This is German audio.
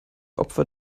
opfer